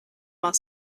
while